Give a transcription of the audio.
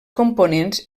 components